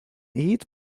eat